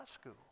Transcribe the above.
school